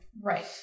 right